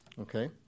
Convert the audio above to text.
okay